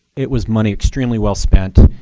it was money extremely well spent.